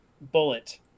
bullet